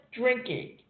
drinking